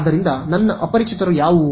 ಆದ್ದರಿಂದ ನನ್ನ ಅಪರಿಚಿತರು ಯಾವುವು